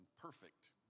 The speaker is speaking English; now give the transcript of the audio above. perfect